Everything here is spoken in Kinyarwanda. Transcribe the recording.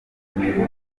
imivugo